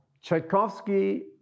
Tchaikovsky